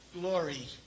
glory